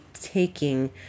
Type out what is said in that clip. taking